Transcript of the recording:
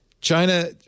China